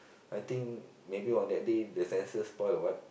I think maybe on that day the sensor spoil or what